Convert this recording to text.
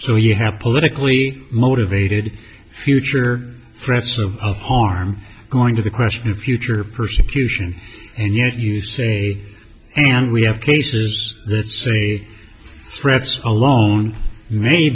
so you have politically motivated future threats of harm going to the question the future persecution and yet you say and we have cases that say threats alone may